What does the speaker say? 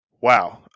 wow